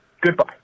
Goodbye